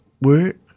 work